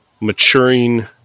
maturing